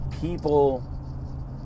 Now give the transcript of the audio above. people